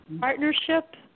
partnership